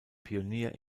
pionier